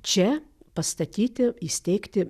čia pastatyti įsteigti